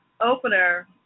opener